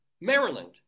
Maryland